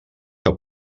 que